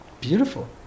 Beautiful